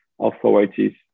authorities